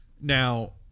Now